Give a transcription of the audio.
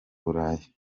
burayi